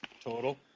Total